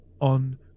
on